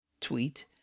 tweet